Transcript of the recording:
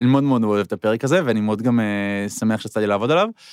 אני מאוד מאוד אוהב את הפרק הזה, ואני מאוד גם שמח שיצא לי לעבוד עליו.